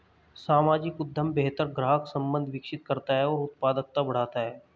सामाजिक उद्यम बेहतर ग्राहक संबंध विकसित करता है और उत्पादकता बढ़ाता है